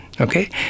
Okay